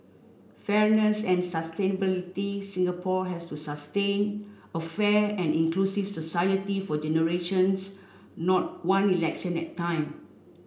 fairness and sustainability Singapore has to sustain a fair and inclusive society for generations not one election at time